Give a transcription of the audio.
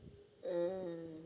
um